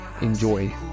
Enjoy